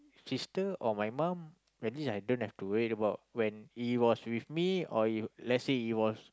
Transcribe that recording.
sister or my mum at least I don't have to worry about when he was with me or if let's say he was